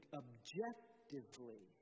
objectively